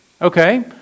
Okay